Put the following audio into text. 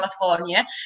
California